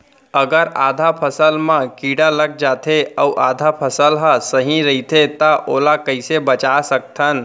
अगर आधा फसल म कीड़ा लग जाथे अऊ आधा फसल ह सही रइथे त ओला कइसे बचा सकथन?